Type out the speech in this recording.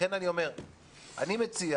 לכן אני אומר שאני מציע,